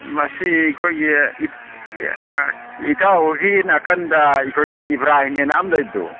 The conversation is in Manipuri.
ꯃꯁꯤ ꯑꯩꯈꯣꯏꯒꯤ ꯏꯇꯥꯎ ꯍꯣꯏꯒꯤ ꯅꯥꯀꯟꯗ ꯑꯩꯈꯣꯏꯒꯤ ꯏꯕ꯭ꯔꯥꯍꯤꯝ ꯑꯅ ꯑꯃ ꯂꯩꯕꯗꯣ